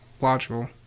logical